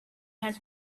has